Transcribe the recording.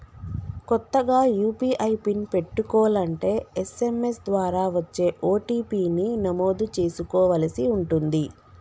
కొత్తగా UPI PIN పెట్టుకోలంటే SMS ద్వారా వచ్చే ఓ.టీ.పీ ని నమోదు చేసుకోవలసి ఉంటుంది